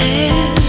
air